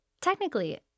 Technically